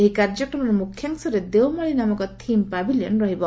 ଏହି କାର୍ଯ୍ୟକ୍ରମର ମୁଖ୍ୟାଂଶରେ 'ଦେଓମାଳୀ' ନାମକ ଥିମ୍ ପାଭିଲିଅନ୍ ରହିବ